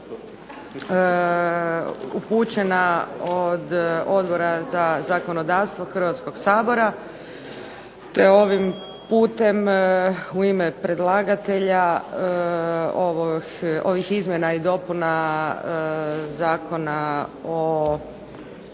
upućena od Odbora za zakonodavstvo Hrvatskoga sabora te ovim putem u ime predlagatelja ovih izmjena i dopuna Zakona o